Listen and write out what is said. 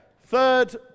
third